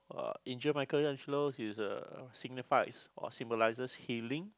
uh angel Michaelangelo uh signifies or symbolises healing